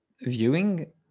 viewing